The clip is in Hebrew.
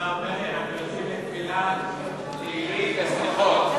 השר פרי, אנחנו יוצאים לתפילת תהילים וסליחות,